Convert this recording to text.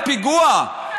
בפיגוע,